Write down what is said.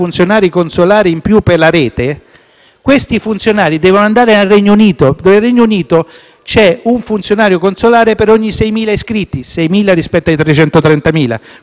questi funzionari devono andare nel Regno Unito. Nel Regno Unito c'è un funzionario consolare ogni 6.000 iscritti: 6.000 rispetto ai 330.000, quindi ce n'è uno ogni 12.000 effettivi,